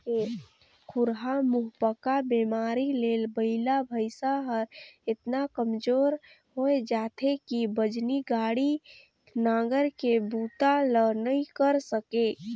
खुरहा मुहंपका बेमारी ले बइला भइसा हर एतना कमजोर होय जाथे कि बजनी गाड़ी, नांगर के बूता ल नइ करे सके